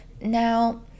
Now